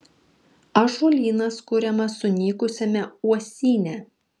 ąžuolynas kuriamas sunykusiame uosyne